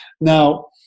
Now